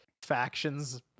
factions